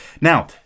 Now